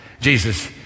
Jesus